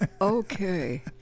okay